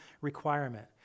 requirement